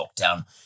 lockdown